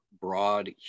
broad